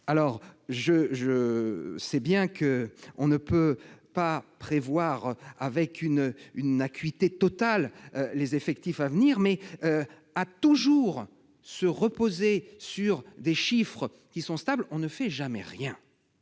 Je sais bien que l'on ne peut pas prévoir avec une acuité totale les effectifs à venir, mais, à toujours se reposer sur des chiffres qui sont stables, on ne fait jamais rien